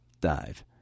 dive